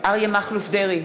אריה מכלוף דרעי,